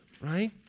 right